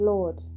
Lord